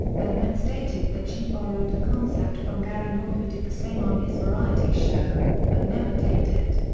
burnett stated that she borrowed the concept from garry moore who did the same on his variety show, but never taped it.